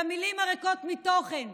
למילים הריקות מתוכן,